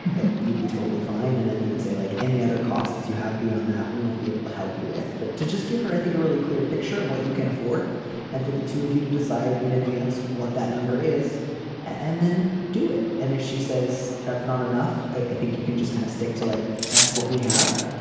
that would be totally fine and then you would say like any other costs you have. beyond that we won't be able to help you with but to just give her i think a really clear picture of what you can afford and for the two of you to decide in advance what that number is and then do it. and if she says that's not enough i think you can just kind of stick to like that's what we have.